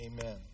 Amen